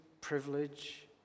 privilege